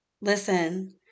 Listen